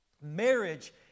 Marriage